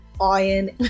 iron